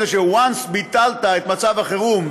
מפני ש-once ביטלת את מצב החירום,